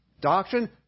doctrine